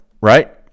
right